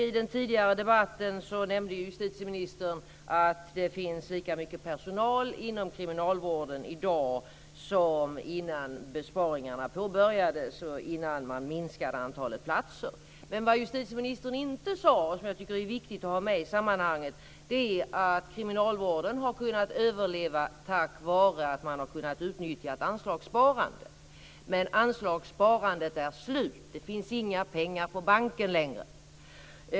I den tidigare debatten nämnde justitieministern att det finns lika mycket personal inom kriminalvården i dag som innan besparingarna påbörjades och innan man minskade antalet platser. Men vad justitieministern inte sade och som jag tycker att det är viktigt att ha med i sammanhanget är att kriminalvården har kunnat överleva tack vare att man har kunnat utnyttja ett anslagssparande. Men anslagssparandet är slut. Det finns inga pengar på banken längre.